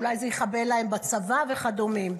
אולי זה יחבל להן בצבא וכדומה.